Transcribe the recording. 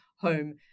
home